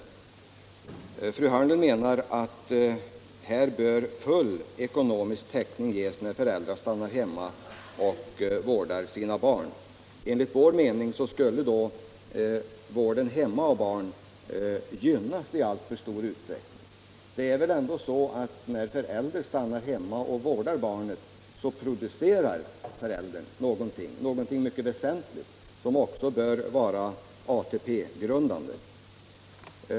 Fru Hörnlund menar att full ekonomisk täckning bör ges när förälder stannar hemma och vårdar sina barn. Enligt vår mening skulle då vården hemma av barn gynnas i alltför stor utsträckning. Det är ändå så att när en förälder stannar hemma och vårdar barn producerar föräldern något mycket väsentligt som också bör vara ATP-grundande.